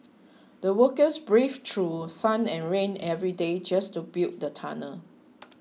the workers braved through sun and rain every day just to build the tunnel